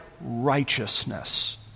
righteousness